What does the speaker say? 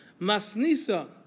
Masnisa